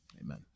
Amen